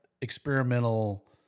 experimental